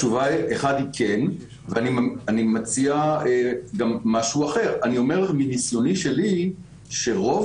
אני מציע גם משהו אחר אני אומר לך מניסיוני שלי שרוב